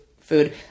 food